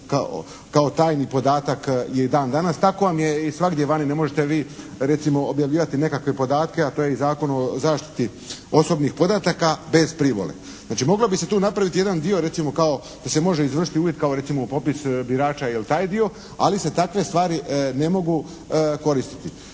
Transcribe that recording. kao tajni podatak i dan danas. Tako vam je i svagdje vani, ne možete vi recimo objavljivati nekakve podatke, a to je i Zakon o zaštiti osobnih podataka bez privole. Znači, moglo bi se tu napraviti jedan dio recimo kao da se može izvršiti uvid kao recimo popis birača ili taj dio, ali se takve stvari ne mogu koristiti.